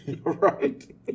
Right